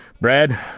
Brad